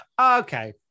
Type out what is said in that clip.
Okay